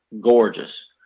gorgeous